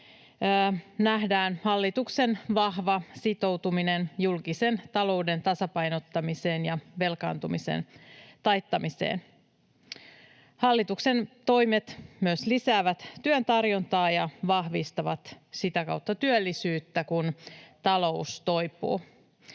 nähdään hallituksen vahva sitoutuminen julkisen talouden tasapainottamiseen ja velkaantumisen taittamiseen. Hallituksen toimet myös lisäävät työn tarjontaa ja vahvistavat sitä kautta työllisyyttä, kun talous toipuu.